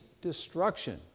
destruction